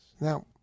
Now